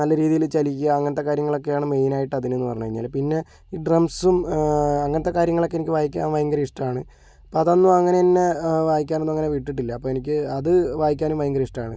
നല്ല രീതിയില് ചലിക്കുക അങ്ങനത്തെ കാര്യങ്ങളൊക്കെയാണ് മെയിനായിട്ട് അതിനെന്ന് പറഞ്ഞു കഴിഞ്ഞാല് പിന്നെ ഡ്രംസും അങ്ങനത്തെ കാര്യങ്ങളൊക്കെ എനിക്ക് വായിക്കാൻ ഭയങ്കര ഇഷ്ടമാണ് അപ്പോൾ അതൊന്നും അങ്ങനെ എന്നെ വായിക്കാനൊന്നും അങ്ങനെ വിട്ടിട്ടില്ല അപ്പോൾ എനിക്ക് അത് വായിക്കാനും ഭയങ്കര ഇഷ്ടമാണ്